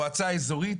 למועצה אזורית